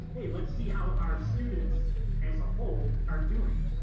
hey, let's see how our students as a whole are doing.